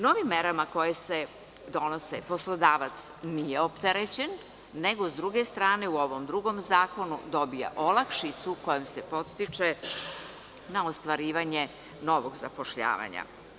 Novim merama koje se donose poslodavac nije opterećen nego s druge strane u ovom drugom zakonu dobija olakšicu kojom se podstiče na ostvarivanje novog zapošljavanja.